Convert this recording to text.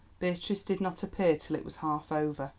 beatrice did not appear till it was half over.